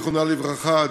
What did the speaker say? זיכרונה לברכה,